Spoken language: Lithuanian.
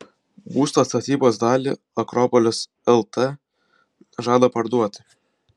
būsto statybos dalį akropolis lt žada parduoti